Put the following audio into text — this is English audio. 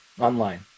online